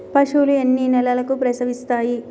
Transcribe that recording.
పశువులు ఎన్ని నెలలకు ప్రసవిస్తాయి?